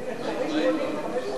אדוני היושב-ראש,